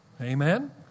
amen